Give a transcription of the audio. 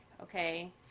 okay